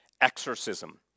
exorcism